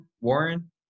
Warren